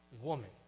woman